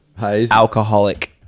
alcoholic